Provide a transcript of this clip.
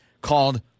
called